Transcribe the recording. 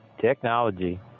Technology